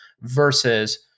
versus